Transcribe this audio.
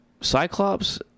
Cyclops